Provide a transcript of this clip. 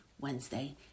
Wednesday